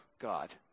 God